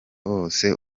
bose